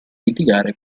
litigare